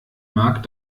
mag